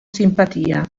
simpatia